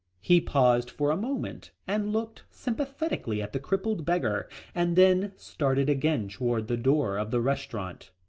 he paused for a moment and looked sympathetically at the crippled beggar and then started again toward the door of the restaurant,